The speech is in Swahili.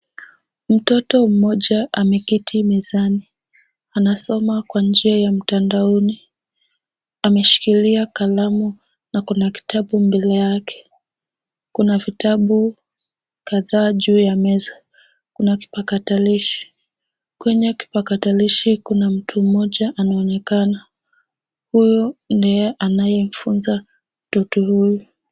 Mtoto mmoja ameketi mezani. Anasoma kwa njia ya mtandaoni. Ameshikilia kalamu na kuna kitabu mbele yake. Kuna vitabu kadhaa juu ya meza. Kuna kipakatalishi. Kwenye kipakatalishi kuna mtu mmoja anaonekana, huyo ni yeye anayemfunza mtoto huyu.